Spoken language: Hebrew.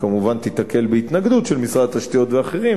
שכמובן תיתקל בהתנגדות של משרד התשתיות ואחרים,